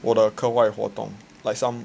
我的课外活动 like for some